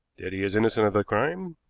that he is innocent of the crime,